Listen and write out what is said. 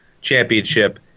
championship